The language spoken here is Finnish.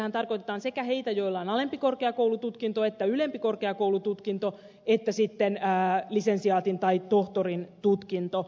no sillähän tarkoitetaan niitä joilla on alempi korkeakoulututkinto tai ylempi korkeakoulututkinto tai sitten lisensiaatin tai tohtorin tutkinto